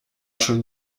schon